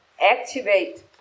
activate